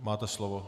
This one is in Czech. Máte slovo.